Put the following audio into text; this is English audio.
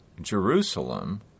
Jerusalem